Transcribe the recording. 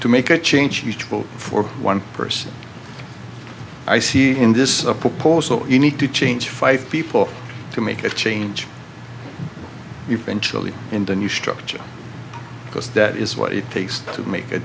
to make a change for one person i see in this proposal you need to change five people to make a change you've been chilly into a new structure because that is what it takes to make a